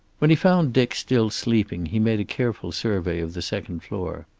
when he found dick still sleeping he made a careful survey of the second floor.